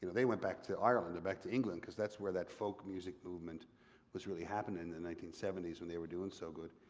they went back to ireland and back to england cause that's where that folk music movement was really happening in the nineteen seventy s when they were doing so good.